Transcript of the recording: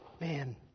Man